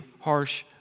harsh